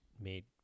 made